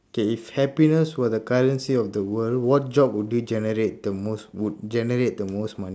okay if happiness were the currency of the world what job would you generate the most would generate the most mone~